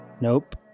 Nope